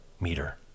meter